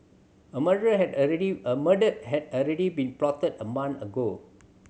a murder had already a murder had already been plotted a month ago